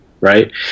Right